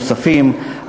נוספים,